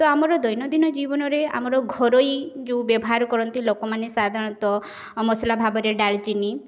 ତ ଆମର ଦୈନନ୍ଦିନ ଜୀବନରେ ଆମର ଘରୋଇ ଯେଉଁ ବ୍ୟବହାର କରନ୍ତି ଲୋକମାନେ ସାଧାରଣତଃ ମସଲା ଭାବରେ ଡାଲଚିନି